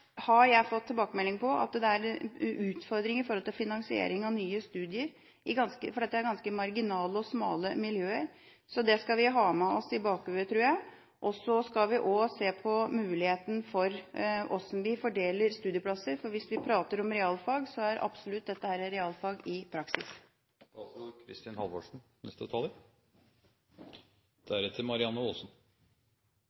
Jeg har fått tilbakemelding på at det innen høyere utdanning er utfordringer når det gjelder finansiering av nye studier, for det er ganske marginale og smale miljøer, så det skal vi ha med oss i bakhodet. Vi skal også se på hvordan vi fordeler studieplasser, for hvis vi snakker om realfag, er dette absolutt realfag i